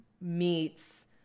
meets